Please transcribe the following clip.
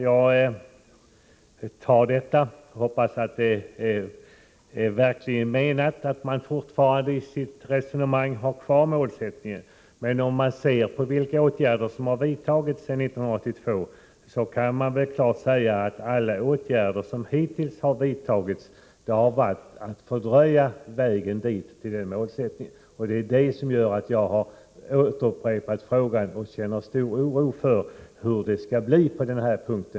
Jag hoppas verkligen att han menar att socialdemokraterna i sitt resonemang fortfarande har kvar målsättningen. Ser man på vilka åtgärder som har vidtagits sedan 1982, kan man emellertid klart säga att de alla har fördröjt ett förverkligande av målsättningen. Detta gör att jag upprepar frågan. Jag känner stor oro för hur det skall bli på denna punkt.